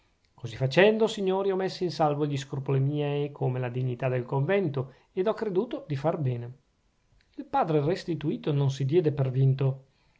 così facendo o signori ho messi in salvo gli scrupoli miei come la dignità del convento ed ho creduto di far bene il padre restituto non si diede per vinto